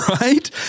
right